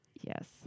Yes